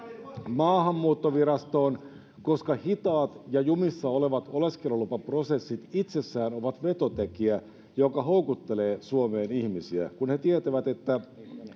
maahanmuuttovirastoon koska hitaat ja jumissa olevat oleskelulupaprosessit itsessään ovat vetotekijä joka houkuttelee suomeen ihmisiä kun he tietävät että